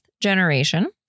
generation